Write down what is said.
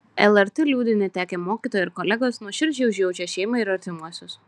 lrt liūdi netekę mokytojo ir kolegos nuoširdžiai užjaučia šeimą ir artimuosius